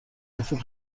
رفیق